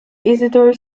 isidor